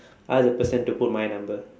ask the person to put my number